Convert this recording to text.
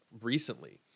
recently